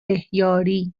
بهیاری